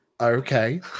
Okay